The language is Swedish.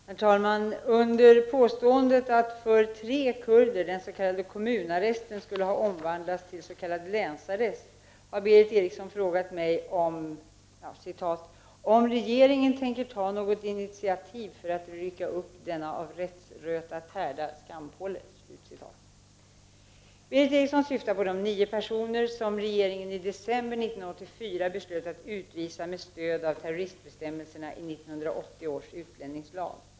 Herr talman! Under påståendet att den s.k. kommunarresten för tre kurder skulle ha omvandlats till s.k. länsarrest har Berith Eriksson frågat mig ”om regeringen tänker ta något initiativ för att rycka upp denna av rättsröta tärda skampåle”. Berith Eriksson syftade på de nio personer som regeringen i december 1984 beslöt att utvisa med stöd av terroristbestämmelserna i 1980 års utlänningslag.